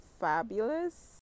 fabulous